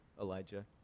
Elijah